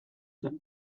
zen